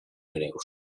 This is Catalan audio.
greus